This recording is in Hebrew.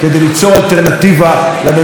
אם לא נעשה את זה, ניכשל.